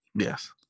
Yes